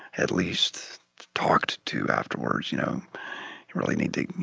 at least talked to afterwards, you know. you really need to, you